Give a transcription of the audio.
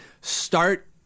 start